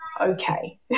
okay